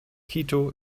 quito